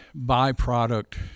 byproduct